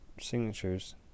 signatures